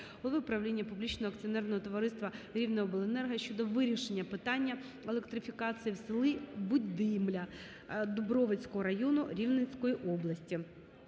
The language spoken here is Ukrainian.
правління Публічного акціонерного товариства "Рівнеобленерго" щодо вирішення питання електрифікації в селі Будимля Дубровицького району Рівненської області.